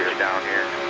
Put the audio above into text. down here.